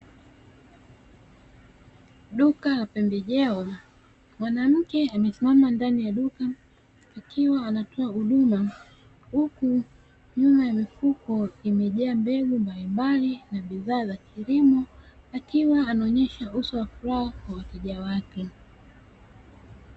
Duka la pembejeo, mwanamke amesimama ndani ya duka akiwa anatoa huduma huku nyuma ya mifuko imejaa mbegu mbalimbali na bidhaa za kilimo, akiwa anaonyesha uso wa furaha kwa wateja wake.